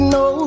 no